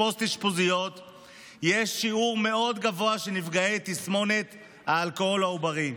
פוסט-אשפוזיות יש שיעור מאוד גבוה של נפגעי תסמונת האלכוהול העוברי.